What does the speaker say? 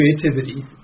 creativity